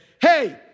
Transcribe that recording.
hey